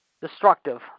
destructive